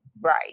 right